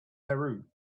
peru